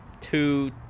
two